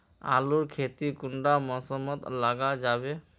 आलूर खेती कुंडा मौसम मोत लगा जाबे?